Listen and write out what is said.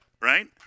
Right